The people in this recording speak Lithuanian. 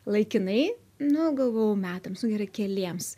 laikinai nu galvojau metams nu gerai keliems